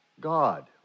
God